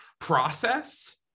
process